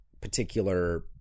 particular